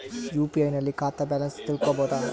UPI ನಲ್ಲಿ ಖಾತಾ balance ತಿಳಕೊ ಬಹುದಾ?